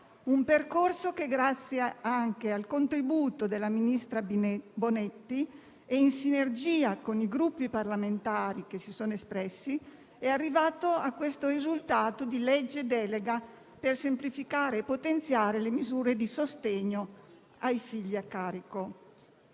un percorso che, grazie anche al contributo della ministra Bonetti e in sinergia con i Gruppi parlamentari che si sono espressi, è arrivato al risultato di presentare un disegno di legge-delega per semplificare e potenziare le misure di sostegno per i figli a carico.